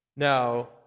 Now